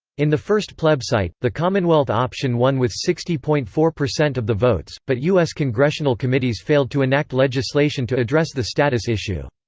in the first plebscite, the commonwealth option won with sixty point four of the votes, but us congressional committees failed to enact legislation to address the status issue.